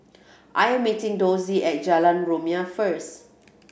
I am meeting Dossie at Jalan Rumia first